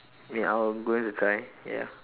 ya I am going to try ya